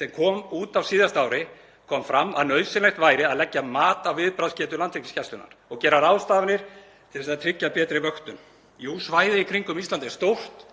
sem kom út á síðasta ári, kom fram að nauðsynlegt væri að leggja mat á viðbragðsgetu Landhelgisgæslunnar og gera ráðstafanir til þess að tryggja betri vöktun. Jú, svæðið í kringum Ísland er stórt,